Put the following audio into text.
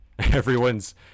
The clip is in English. Everyone's-